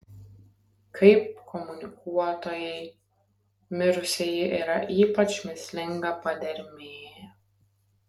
kaip komunikuotojai mirusieji yra ypač mįslinga padermė